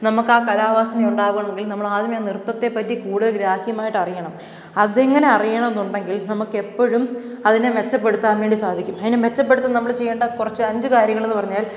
നമുക്കാ കലാവാസന ഉണ്ടാകണമെങ്കിൽ നമ്മളാദ്യമേ ആ നൃത്തത്തെ പറ്റി കൂടുതൽ ഗ്രാഹ്യമായിട്ട് അറിയണം അതെങ്ങനെ അറിയണമെന്നുണ്ടെങ്കിൽ നമുക്കെപ്പോഴും അതിനെ മെച്ചപ്പെടുത്താന് വേണ്ടി സാധിക്കും അതിനെ മെച്ചപ്പെടുത്താൻ നമ്മൾ ചെയ്യേണ്ട കുറച്ച് അഞ്ചു കാര്യങ്ങളെന്നു പറഞ്ഞാൽ